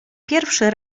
pierwszy